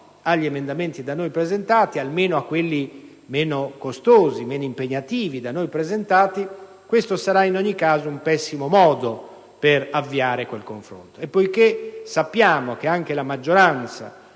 agli emendamenti da noi presentati, anche a quelli meno costosi e meno impegnativi, questo sarà in ogni caso un pessimo modo per avviare un confronto. Poiché sappiamo che anche la maggioranza